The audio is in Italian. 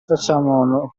facciamo